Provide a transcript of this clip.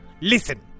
Listen